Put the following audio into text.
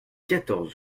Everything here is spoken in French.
quatorze